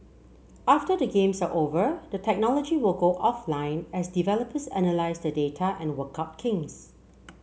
after the games are over the technology will go offline as developers analyse the data and work out kinks